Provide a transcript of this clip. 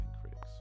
critics